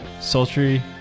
Sultry